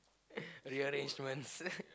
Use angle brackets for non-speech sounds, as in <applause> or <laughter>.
<breath> rearrangement